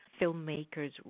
filmmakers